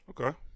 Okay